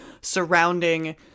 surrounding